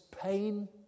pain